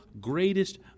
greatest